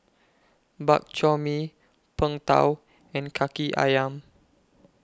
Bak Chor Mee Png Tao and Kaki Ayam